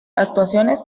actuaciones